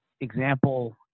example